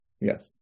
yes